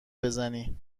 بزنی